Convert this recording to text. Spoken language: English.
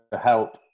help